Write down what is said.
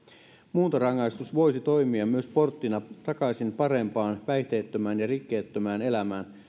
muuntorangaistus voisi toimia myös porttina takaisin parempaan päihteettömään ja rikkeettömään elämään